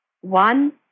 one